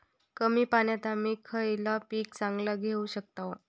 कमी पाण्यात आम्ही खयला पीक चांगला घेव शकताव?